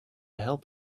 help